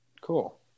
Cool